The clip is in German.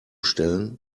stellen